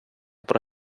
про